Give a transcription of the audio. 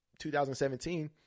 2017